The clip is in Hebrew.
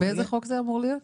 באיזה חוק זה אמור להיות,